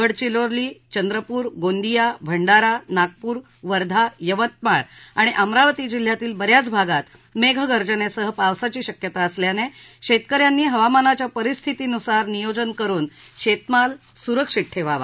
गडचिरोली चंद्रपूर गोंदिया भंडारा नागपूर वर्धा यवतमाळ आणि अमरावती जिल्ह्यांतील बऱ्याच भागात मेघ गर्जनेसह पावसाची शक्यता असल्याने शेतकऱ्यांनी हवामानाच्या परिस्थितीनुसार नियोजन करून शेतमाल सुरक्षित ठेवावा